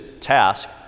task